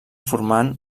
format